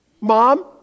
Mom